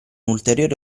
ulteriore